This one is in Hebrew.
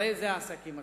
הרי זה העסקים הקטנים.